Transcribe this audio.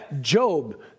Job